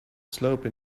slope